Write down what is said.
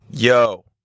Yo